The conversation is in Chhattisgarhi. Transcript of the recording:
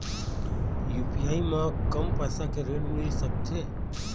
यू.पी.आई म कम पैसा के ऋण मिल सकथे?